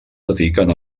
dediquen